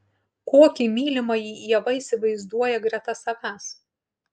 kokį mylimąjį ieva įsivaizduoja greta savęs